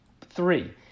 Three